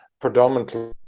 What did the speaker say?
predominantly